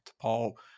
Paul